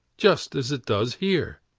just as it does here.